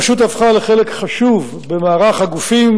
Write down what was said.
הרשות הפכה לחלק חשוב במערך הגופים